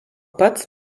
pats